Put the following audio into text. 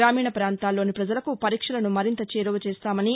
గ్రామీణ పాంతాల్లోని ప్రజలకు పరీక్షలను మరింత చేరువ చేస్తామని